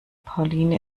pauline